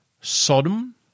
Sodom